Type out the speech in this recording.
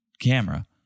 camera